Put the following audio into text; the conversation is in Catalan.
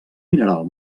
mineral